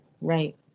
right